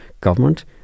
government